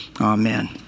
amen